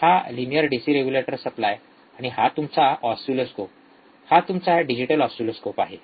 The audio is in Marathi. हा लिनियर डीसी रेगुलेटर सप्लाय आणि हा तुमचा ऑसिलोस्कोप आहे हा तुमचा डिजिटल ऑसिलोस्कोप आहे